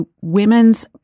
women's